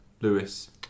Lewis